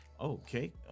Okay